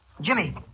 Jimmy